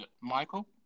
Michael